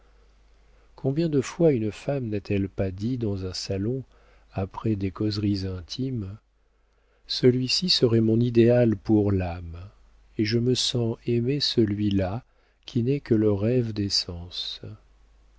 combien de fois une femme n'a-t-elle pas dit dans un salon après des causeries intimes celui-ci serait mon idéal pour l'âme et je me sens aimer celui-là qui n'est que le rêve des